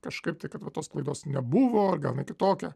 kažkaip tai kad va tos klaidos nebuvo gal jinai kitokia